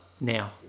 now